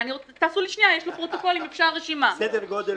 סדר גודל,